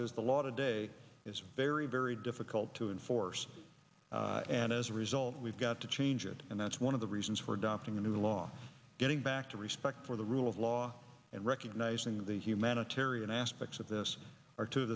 is the law today is very very difficult to enforce and as a result we've got to change it and that's one of the reasons for adopting a new law getting back to respect for the rule of law and recognizing the humanitarian and aspects of this or to